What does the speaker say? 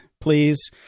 please